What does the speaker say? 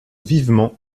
vivement